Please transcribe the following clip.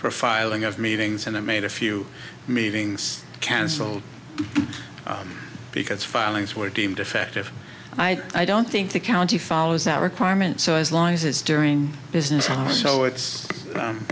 profiling of meetings and i made a few meetings cancelled because filings were deemed effective i i don't think the county follows that requirement so as long as it's during business so it's